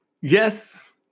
Yes